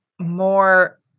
more